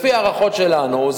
לפי הערכות שלנו,